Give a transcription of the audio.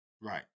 right